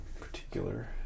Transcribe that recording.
particular